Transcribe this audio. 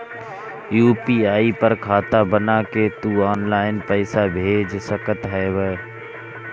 UPI पर खाता बना के तू ऑनलाइन पईसा भेज सकत हवअ